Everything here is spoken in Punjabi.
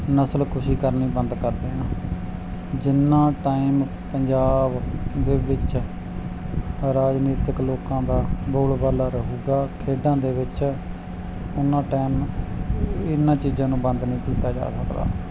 ਨਸਲਕੁਸ਼ੀ ਕਰਨੀ ਬੰਦ ਕਰ ਦੇਣ ਜਿੰਨਾ ਟਾਈਮ ਪੰਜਾਬ ਦੇ ਵਿੱਚ ਰਾਜਨੀਤਿਕ ਲੋਕਾਂ ਦਾ ਬੋਲਬਾਲਾ ਰਹੇਗਾ ਖੇਡਾਂ ਦੇ ਵਿੱਚ ਉੱਨਾਂ ਟਾਈਮ ਇਹਨਾਂ ਚੀਜ਼ਾਂ ਨੂੰ ਬੰਦ ਨਹੀਂ ਕੀਤਾ ਜਾ ਸਕਦਾ